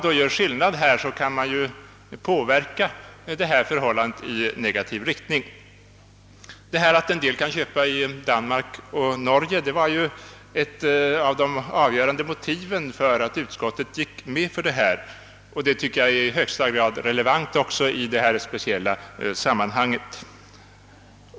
Detta att en del fiskare kan köpa material i Danmark och Norge var ju ett av de avgörande motiven för att utskottet gick med på ifrågavarande undantag. Jag tycker att den omständigheten är i högsta grad relevant även i detta speciella sammanhang.